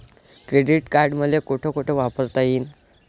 Credit card मले कोठ कोठ वापरता येईन?